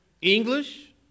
English